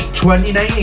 2019